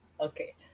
Okay